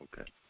Okay